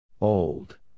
Old